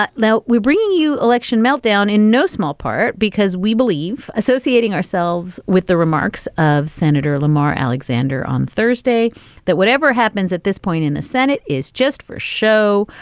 but though we're bringing you election meltdown in no small part because we believe associating ourselves with the remarks of senator lamar alexander on thursday that whatever happens at this point in the senate is just for show.